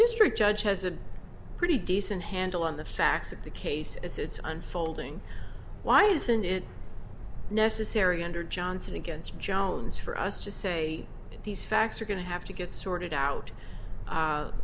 district judge has a pretty decent handle on the facts of the case as it's unfolding why isn't it necessary under johnson against jones for us to say these facts are going to have to get sorted out